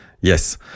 Yes